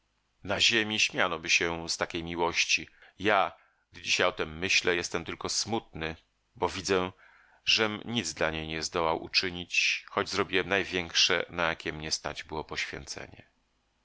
na ziemi śmianoby się z takiej miłości ja gdy dzisiaj o tem myślę jestem tylko smutny bo widzę żem nic dla niej nie zdołał uczynić choć zrobiłem największe na jakie mnie stać było poświęcenie